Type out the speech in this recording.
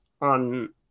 on